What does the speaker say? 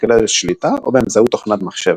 מקלדת שליטה או באמצעות תוכנת מחשב.